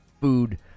food